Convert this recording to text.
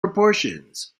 proportions